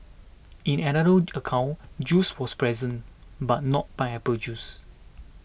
in another account juice was present but not pineapple juice